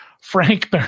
Frank